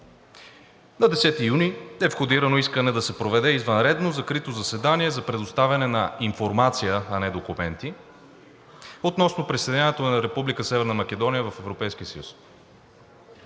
На 10 юни е входирано искане да се проведе извънредно закрито заседание за предоставяне на информация, а не документи, относно присъединяването на Република